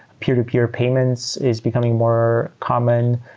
peer-to-peer payments is becoming more common,